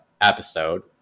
episode